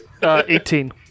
18